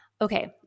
Okay